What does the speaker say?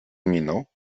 miną